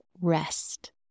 rest